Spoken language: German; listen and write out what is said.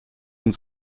und